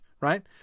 right